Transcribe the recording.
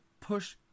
push